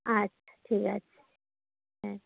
আচ্ছা ঠিক আছে হ্যাঁ